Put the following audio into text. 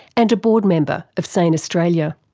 and a board member of sane australia.